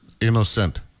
innocent